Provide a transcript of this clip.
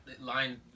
line